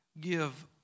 give